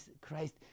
Christ